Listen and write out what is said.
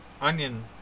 onion